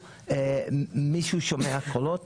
מישהו שומע קולות,